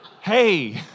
hey